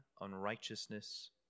unrighteousness